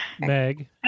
Meg